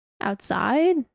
Outside